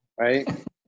right